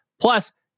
Plus